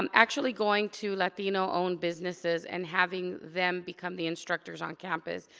um actually going to latino owned businesses and having them become the instructors on campus.